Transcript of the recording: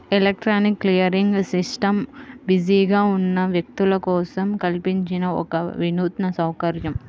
electronic clearing system బిజీగా ఉన్న వ్యక్తుల కోసం కల్పించిన ఒక వినూత్న సౌకర్యం